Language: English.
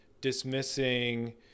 dismissing